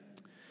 Amen